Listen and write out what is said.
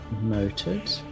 noted